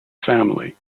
family